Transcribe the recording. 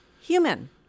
human